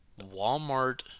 Walmart